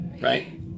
right